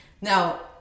Now